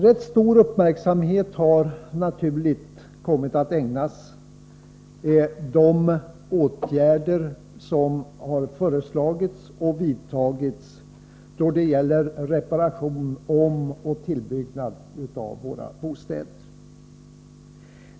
Rätt stor uppmärksamhet har helt naturligt kommit att ägnas de åtgärder som har föreslagits och vidtagits då det gäller reparation samt omoch tillbyggnad av bostäder.